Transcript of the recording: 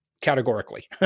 categorically